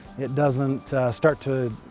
it doesn't start to